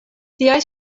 siaj